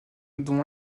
dont